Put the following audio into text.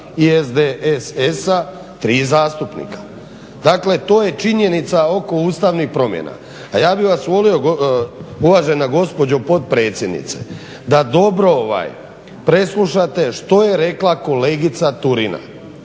i SDSS-a tri zastupnika. Dakle to je činjenica oko ustavnih promjena. A ja bih vas molio uvažena gospođo potpredsjednice da dobro preslušate što je rekla kolegica Turina.